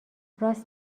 راست